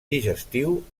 digestiu